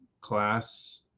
class